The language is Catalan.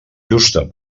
justa